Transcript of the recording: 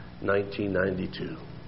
1992